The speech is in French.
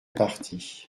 parti